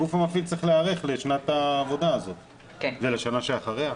הגוף המפעיל צריך להיערך לשנת העבודה הזאת ולשנה שאחריה.